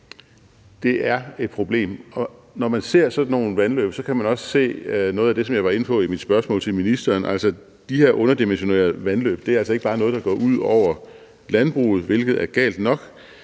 det er et problem. Og når man ser sådan nogle vandløb, kan man også se noget af det, som jeg var inde på i mit spørgsmål til ministeren, altså at de her underdimensionerede vandløb ikke bare er noget, der går ud over landbruget, hvilket er galt nok,